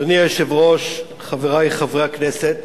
אדוני היושב-ראש, חברי חברי הכנסת,